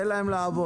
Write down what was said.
תן להם לעבוד.